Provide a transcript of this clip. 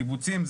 קיבוצים.